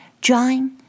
drawing